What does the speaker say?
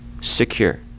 secure